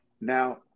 Now